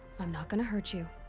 i'm not gonna hurt you.